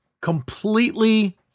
completely